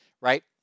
right